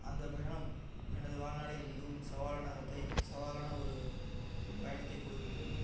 அந்த பயணம் எனது வாழ்நாளில் மிகவும் சவாலானதை சவாலான ஒரு பயணத்தை கொடுத்தது